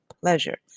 pleasure